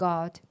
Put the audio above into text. God